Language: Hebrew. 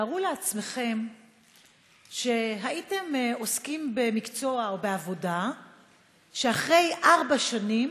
תארו לעצמכם שהייתם עוסקים במקצוע או בעבודה ואחרי ארבע שנים